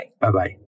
Bye-bye